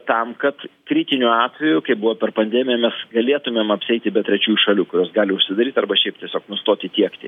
tam kad kritiniu atveju kaip buvo per pandemiją mes galėtumėm apsieiti be trečiųjų šalių kurios gali užsidaryt arba šiaip tiesiog nustoti tiekti